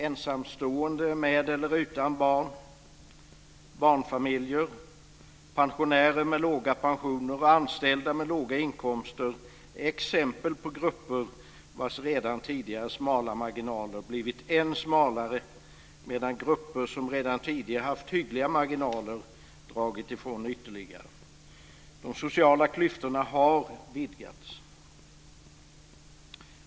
Ensamstående med eller utan barn, barnfamiljer, pensionärer med låga pensioner och anställda med låga inkomster är exempel på grupper vars redan tidigare smala marginaler blivit än smalare medan grupper som redan tidigare har haft hyggliga marginaler dragit ifrån ytterligare. De sociala klyftorna har vidgats.